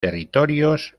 territorios